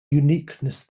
uniqueness